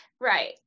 right